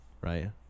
right